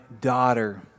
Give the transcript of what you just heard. daughter